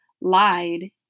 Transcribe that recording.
lied